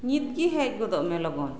ᱱᱤᱛ ᱜᱮ ᱦᱮᱡ ᱜᱚᱫᱚᱜ ᱢᱮ ᱞᱚᱜᱚᱱ